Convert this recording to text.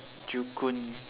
joo-koon